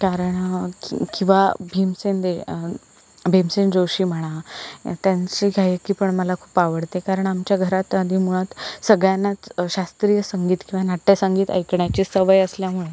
कारण की किंवा भीमसेन दे भीमसेन जोशी म्हणा त्यांची गायकी पण मला खूप आवडते कारण आमच्या घरात आधी मुळात सगळ्यांनाच शास्त्रीय संगीत किंवा नाट्य संगीत ऐकण्याची सवय असल्यामुळे